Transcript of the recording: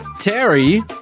Terry